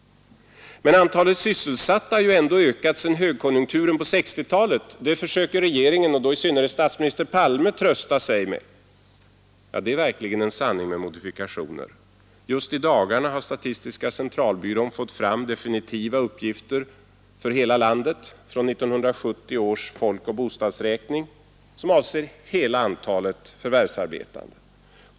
Men antalet sysselsatta har ju ändå ökat sedan högkonjunkturen på 1960-tatet, försöker regeringen och då i synnerhet statsminister Palme trösta sig med. Ja, det är verkligen en sanning med modifikationer. Just i dagarna har statistiska centralbyrån fått fram definitiva uppgifter för hela landet från 1970 års folkoch bostadsräkning, avseende hela antalet förvärvsarbetande.